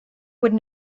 would